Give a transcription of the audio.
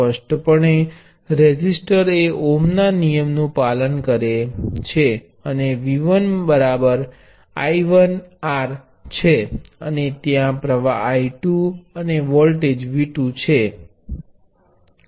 સ્પષ્ટપણે રેઝિસ્ટર એ ઓહ્મ ના નિયમ નું પાલન કરે છે અને V1 બરાબર I1 R અને ત્યા પ્ર્વાહ I2 અને વોલ્ટેજ V2 છે